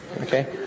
okay